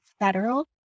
federal